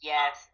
Yes